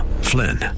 Flynn